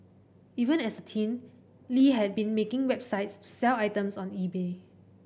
even as a teen Lie had been making websites to sell items on eBay